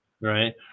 right